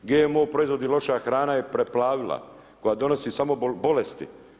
GMO proizvodi i loša hrane je prepavila koja donosi samo bolesti.